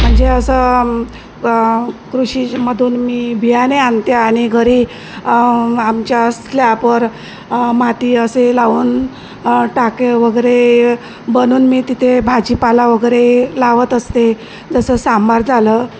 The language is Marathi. म्हणजे असं कृषीमधून मी बियाणे आणते आणि घरी आमच्या स्लॅपवर माती असे लावून टाके वगैरे बनून मी तिथे भाजीपाला वगैरे लावत असते जसं सांबार झालं